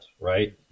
right